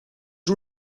you